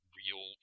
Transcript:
real